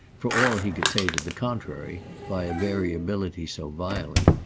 for all he could say to the contrary, by a variability so violent,